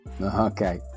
Okay